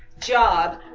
job